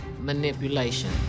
manipulation